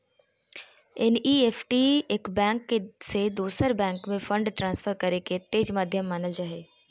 NEFT एक bank से दोसर बैंक में फंड ट्रांसफर करे के तेज माध्यम मानल जा हय